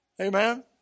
Amen